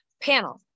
panel